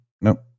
No